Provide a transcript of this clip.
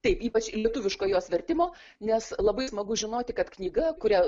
tai ypač lietuviško jos vertimo nes labai smagu žinoti kad knyga kurią